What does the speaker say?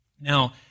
Now